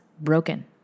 broken